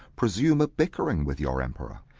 presume a bickering with your emperor,